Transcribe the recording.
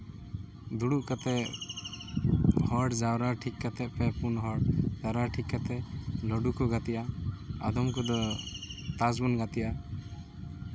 ᱫᱩᱲᱩᱵ ᱠᱟᱛᱮᱫ ᱦᱚᱲ ᱡᱟᱣᱨᱟ ᱴᱷᱤᱠ ᱠᱟᱛᱮᱫ ᱯᱮ ᱯᱩᱱ ᱦᱚᱲ ᱡᱟᱣᱨᱟ ᱴᱷᱤᱠ ᱠᱟᱛᱮᱫ ᱞᱩᱰᱩ ᱠᱚ ᱜᱟᱛᱮᱜᱼᱟ ᱟᱫᱚᱢ ᱠᱚᱫᱚ ᱛᱟᱥ ᱵᱚᱱ ᱜᱟᱛᱮᱜᱼᱟ